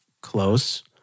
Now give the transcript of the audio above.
close